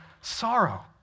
sorrow